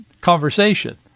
conversation